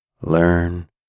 learn